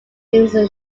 these